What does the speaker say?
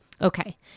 Okay